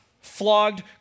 flogged